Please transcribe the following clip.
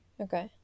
Okay